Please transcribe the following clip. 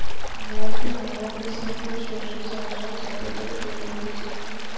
ভারতে ম্যালাবেশি করে সরষে চাষ হয় যাতে করে তেল হতিছে